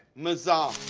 mazahs.